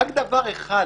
רק דבר אחד